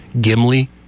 Gimli